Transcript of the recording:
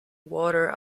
water